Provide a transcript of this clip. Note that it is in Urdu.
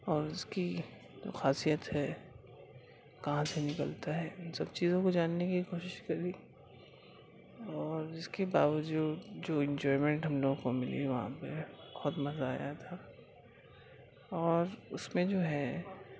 اور اس کی جو خاصیت ہے کہاں سے نکلتا ہے ان سب چیزوں کو جاننے کی کوشش کری اور اس کے باوجود جو انجوائیمنٹ ہم لوگوں کو ملی وہاں پہ بہت مزہ آیا تھا اور اس میں جو ہے